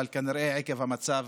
אבל כנראה עקב המצב